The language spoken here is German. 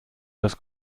das